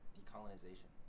Decolonization